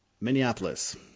Minneapolis